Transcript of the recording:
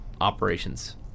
operations